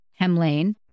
Hemlane